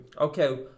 Okay